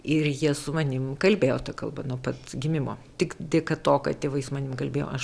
ir jie su manim kalbėjo ta kalba nuo pat gimimo tik dėka to kad tėvai su manim kalbėjo aš